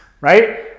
right